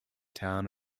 town